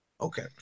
Okay